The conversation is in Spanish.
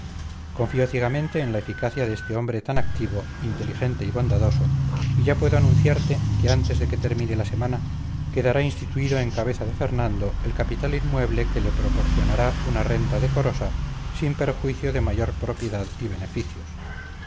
confío ciegamente en la eficacia de este hombre tan activo inteligente y bondadoso y ya puedo anunciarte que antes de que termine la semana quedará instituido en cabeza de fernando el capital inmueble que le proporcionará una renta decorosa sin perjuicio de mayor propiedad y beneficios